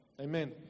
Amen